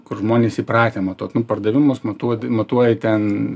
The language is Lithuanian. kur žmonės įpratę matuot nu pardavimus matuot matuoji ten